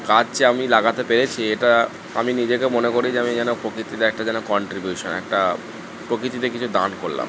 গাছ যে আমি লাগাতে পেরেছি এটা আমি নিজেকে মনে করি যে আমি যেন প্রকৃতির একটা যেন কন্ট্রিবিউশন একটা প্রকৃতিতে কিছু দান করলাম